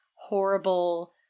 horrible